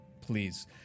Please